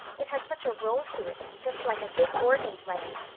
it has such a roll to it just like a big organ playing.